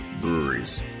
breweries